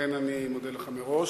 ולכן אני מודה לך מראש.